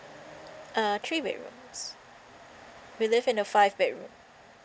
uh three bedrooms we live in a five bedroom